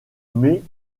met